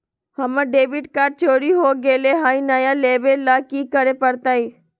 हमर debit card चोरी हो गेले हई, नया लेवे ल की करे पड़तई?